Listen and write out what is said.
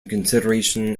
consideration